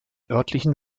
örtlichen